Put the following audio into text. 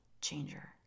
changer